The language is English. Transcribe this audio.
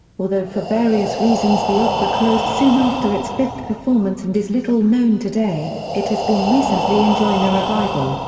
although for various reasons the opera closed soon after its fifth performance and is little known today, it has been recently enjoying a revival,